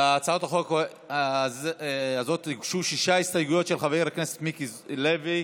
להצעת החוק הזאת הוגשו שש הסתייגויות של חבר הכנסת מיקי לוי.